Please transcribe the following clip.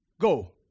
Go